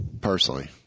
personally